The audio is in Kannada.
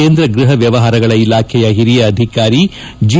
ಕೇಂದ್ರ ಗೃಪ ವ್ಯವಹಾರಗಳ ಇಲಾಖೆಯ ಹಿರಿಯ ಅಧಿಕಾರಿ ಜಿ